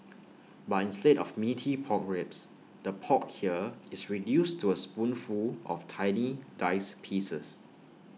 but instead of Meaty Pork Ribs the pork here is reduced to A spoonful of tiny diced pieces